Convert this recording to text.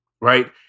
right